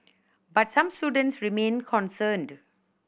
but some students remain concerned